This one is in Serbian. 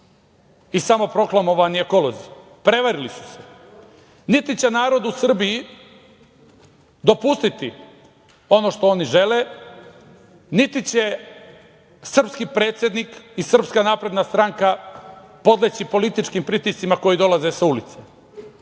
i samoproklamovani ekolozi, prevarili su se. Niti će narod u Srbiji dopustiti ono što oni žele, niti će srpski predsednik i SNS podleći političkim pritiscima koji dolaze sa ulice.